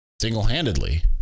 single-handedly